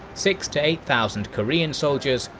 six eight thousand korean soldiers,